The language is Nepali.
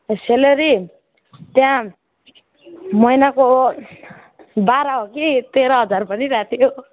स्यालेरी त्यहाँ महिनाको बाह्र हो कि तेह्र हजार भनिरहेको थियो